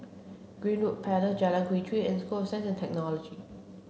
Greenwood Jalan Quee Chew and School of Science and Technology